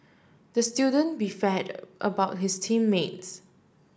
the student about his team mates